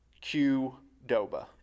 Q-Doba